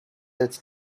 this